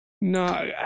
No